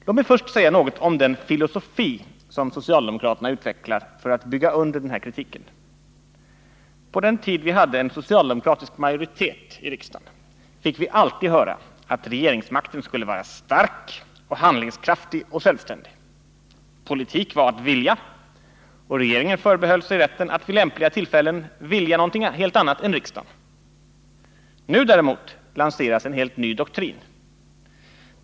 Låt mig först säga något om den filosofi som socialdemokraterna utvecklar för att bygga under den här kritiken. På den tid vi hade en socialdemokratisk majoritet i riksdagen fick vi alltid höra att regeringsmakten skulle vara stark, handlingskraftig och självständig. Politik var att vilja, och regeringen förbehöll sig rätten att vid lämpliga tillfällen vilja någonting helt annat än riksdagen. Nu däremot lanseras en helt ny doktrin.